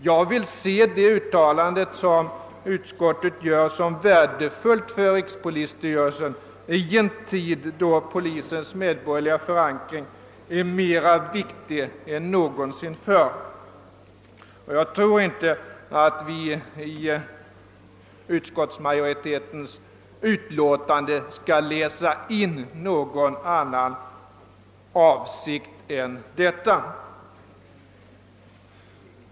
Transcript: Jag anser det uttalande som utskottet gör vara värdefullt för rikspolisstyrelsen i en tid då polisens medborgerliga förankring är viktigare än någonsin förr. I utskottsmajoritetens utlåtande bör inte läsas in någon annan avsikt.